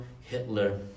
Hitler